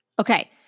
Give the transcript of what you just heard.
Okay